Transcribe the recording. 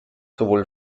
sowohl